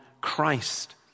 Christ